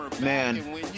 Man